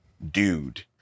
dude